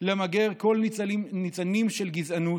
למגר כל ניצנים של גזענות,